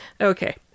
okay